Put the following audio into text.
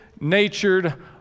natured